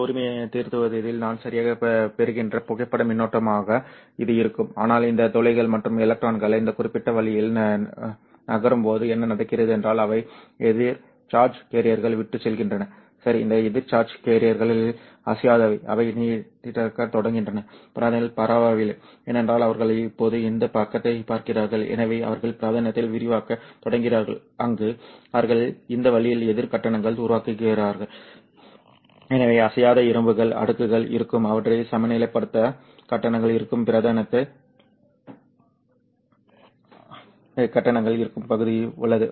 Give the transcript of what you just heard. இந்த உரிமையைத் திருத்துவதில் நான் சரியாகப் பெறுகின்ற புகைப்பட மின்னோட்டமாக இது இருக்கும் ஆனால் இந்த துளைகள் மற்றும் எலக்ட்ரான்கள் இந்த குறிப்பிட்ட வழியில் நகரும்போது என்ன நடக்கிறது என்றால் அவை எதிர் சார்ஜ் கேரியர்களை விட்டுச் செல்கின்றன சரி இந்த எதிர் சார்ஜ் கேரியர்கள் அசையாதவை அவை நீட்டிக்கத் தொடங்குகின்றன பிராந்தியத்தில் பரவாயில்லை ஏனென்றால் அவர்கள் இப்போது இந்த பக்கத்தைப் பார்க்கிறார்கள் எனவே அவர்கள் பிராந்தியத்தில் விரிவாக்கத் தொடங்குகிறார்கள் அங்கு அவர்கள் இந்த வழியில் எதிர் கட்டணங்களை உருவாக்குவார்கள் எனவே அசையாத இரும்புகள் அடுக்குகள் இருக்கும் அவற்றை சமநிலைப்படுத்த உருவாக்கப்படுகின்றன உள்ளார்ந்த மீது நேர்மறையான கட்டணங்கள் இருக்கும் பகுதி வலது